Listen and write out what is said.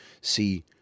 see